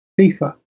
FIFA